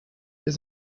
his